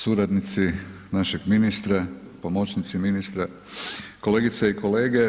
Suradnici našeg ministra, pomoćnici ministra, kolegice i kolege.